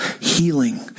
healing